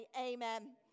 Amen